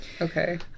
Okay